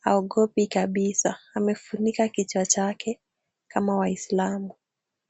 Haogopi kabisa. Amefunika kichwa chake kama waislamu.